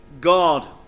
God